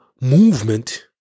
movement